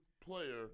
player